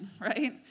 right